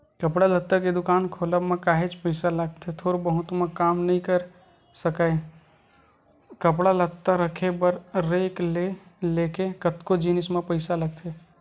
कपड़ा लत्ता के दुकान खोलब म काहेच पइसा लगथे थोर बहुत म काम नइ सरकय कपड़ा लत्ता रखे बर रेक ले लेके कतको जिनिस म पइसा लगथे